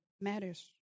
matters